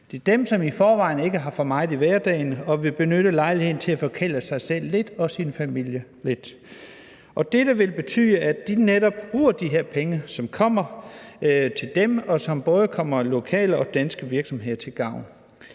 Det er dem, som i forvejen ikke har for meget i hverdagen, der vil benytte lejligheden til at forkæle sig selv og deres familie lidt. Dette vil betyde, at de netop bruger de her penge, som kommer til dem, og som både kommer lokale og danske virksomheder til gavn.